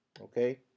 Okay